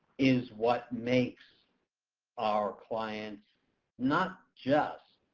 is what makes our clients not just